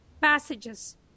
passages